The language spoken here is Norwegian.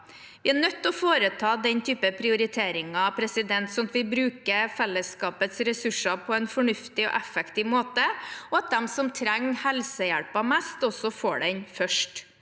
Vi er nødt til å foreta den typen prioriteringer, sånn at vi bruker fellesskapets ressurser på en fornuftig og effektiv måte, og at de som trenger helsehjelpen mest, også får den først.